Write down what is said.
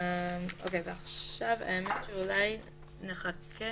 עכשיו אולי נחכה